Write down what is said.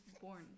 born